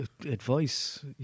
advice